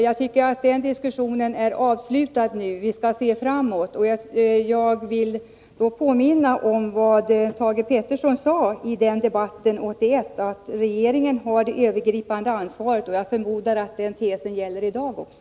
Jag tycker att den diskussionen är avslutad nu. Vi skall se framåt. Jag vill påminna om vad Thage Peterson sade i debatten 1981, att regeringen har det övergripande ansvaret. Jag förmodar att den tesen gäller i dag också.